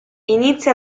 inizia